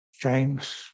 James